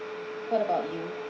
what about you